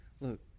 Look